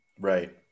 Right